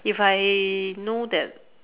if I know that